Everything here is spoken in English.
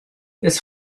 this